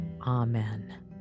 Amen